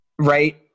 Right